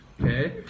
Okay